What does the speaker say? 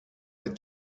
with